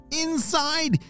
Inside